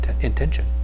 intention